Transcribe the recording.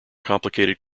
complicated